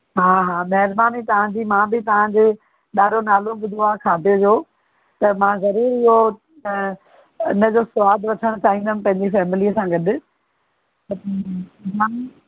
हा हा महिरबानी तव्हांजी मां बि तव्हांजो ॾाढो नालो ॿुधो हा खाधे जो त मां ज़रूरु इहो त हुनजो सवादु वठण चाहींदमि पंहिंजी फ़ैमिलीअ सां गॾु